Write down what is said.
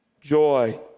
joy